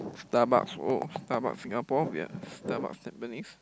Starbucks !wow! Starbucks Singapore ya Starbucks Tampines